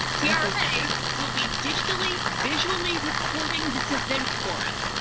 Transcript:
tiare like will be digitally, visually recording this event for us.